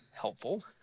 helpful